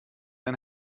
and